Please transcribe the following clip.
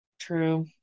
true